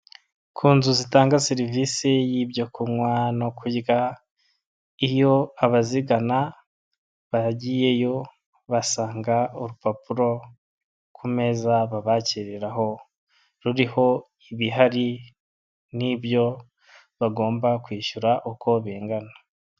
Ku nzu zitanga serivisi y'ibyo kunywa no kurya, iyo abazigana bagiyeyo basanga urupapuro ku meza babakiriraho, ruriho ibihari n'ibyo bagomba kwishyura uko bingana.